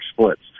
splits